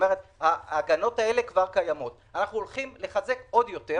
אנחנו הולכים לחזק עוד יותר.